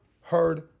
heard